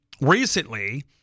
Recently